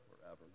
forever